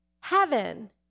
heaven